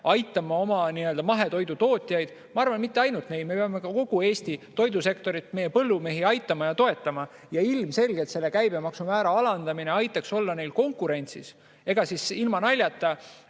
aitama oma mahetoidu tootjaid. Ma arvan, et mitte ainult neid. Me peame kogu Eesti toidusektorit, meie põllumehi aitama ja toetama. Ja ilmselgelt selle käibemaksumäära alandamine aitaks olla neil konkurentsis. Ma saan aru,